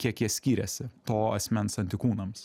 kiek jie skyrėsi to asmens antikūnams